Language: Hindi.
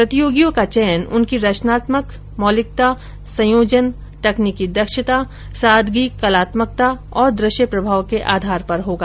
प्रतियोगियों का चयन उनकी रचनात्मकता मौलिकता संयोजन तकनीकी दक्षता सादगी कलात्मकता और दृश्य प्रभाव के आधार पर होगा